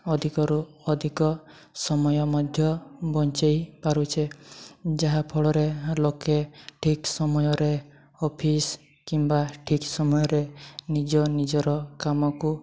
ଅଧିକରୁ ଅଧିକ ସମୟ ମଧ୍ୟ ବଞ୍ଚାଇ ପାରୁଛେ ଯାହାଫଳରେ ଲୋକେ ଠିକ୍ ସମୟରେ ଅଫିସ୍ କିମ୍ବା ଠିକ୍ ସମୟ ନିଜ ନିଜର କାମକୁ